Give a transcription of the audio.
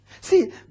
See